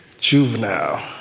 juvenile